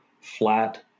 flat